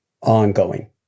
ongoing